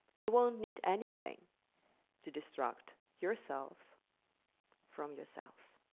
you won't need anything to distract yourselves from yourselves.